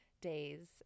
days